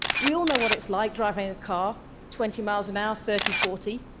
we all know what it's like driving a car twenty miles an hour, thirty, forty.